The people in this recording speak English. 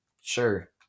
Sure